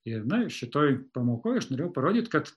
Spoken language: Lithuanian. ir na ir šitoj pamokoj aš norėjau parodyt kad